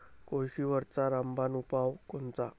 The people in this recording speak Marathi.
कोळशीवरचा रामबान उपाव कोनचा?